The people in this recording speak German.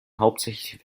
hauptsächlich